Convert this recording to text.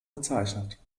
bezeichnet